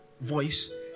voice